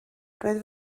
roedd